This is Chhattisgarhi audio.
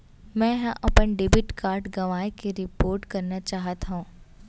मै हा अपन डेबिट कार्ड गवाएं के रिपोर्ट करना चाहत हव